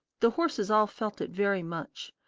the horses all felt it very much.